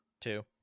Two